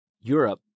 Europe